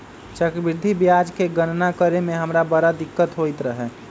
चक्रवृद्धि ब्याज के गणना करे में हमरा बड़ दिक्कत होइत रहै